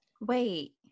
Wait